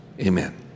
amen